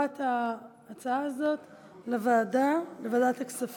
אני מפעילה הצבעה על העברת ההצעה הזאת לוועדת הכספים.